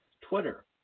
Twitter